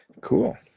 Cool